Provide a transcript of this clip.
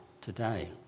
today